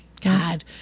God